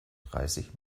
dreißig